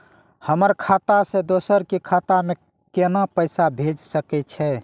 हमर खाता से दोसर के खाता में केना पैसा भेज सके छे?